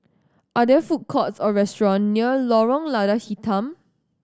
are there food courts or restaurant near Lorong Lada Hitam